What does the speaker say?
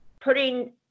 putting